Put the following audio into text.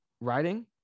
writing